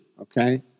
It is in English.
Okay